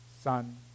son